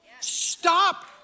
Stop